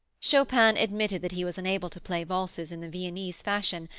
chopin admitted that he was unable to play valses in the viennese fashion,